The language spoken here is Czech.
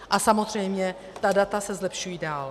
A samozřejmě ta data se zlepšují dál.